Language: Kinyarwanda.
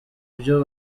byo